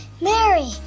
Mary